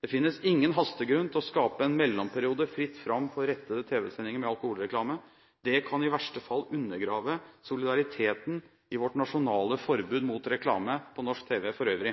Det finnes ingen hastegrunn til å skape en mellomperiode med fritt fram for rettede tv-sendinger med alkoholreklame. Det kan i verste fall undergrave soliditeten i vårt nasjonale forbud mot reklame på norsk tv for øvrig.